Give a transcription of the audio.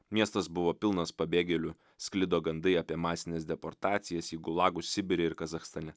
miestas buvo pilnas pabėgėlių sklido gandai apie masines deportacijas į gulagus sibire ir kazachstane